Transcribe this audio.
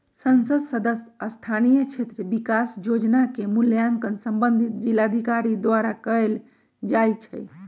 संसद सदस्य स्थानीय क्षेत्र विकास जोजना के मूल्यांकन संबंधित जिलाधिकारी द्वारा कएल जाइ छइ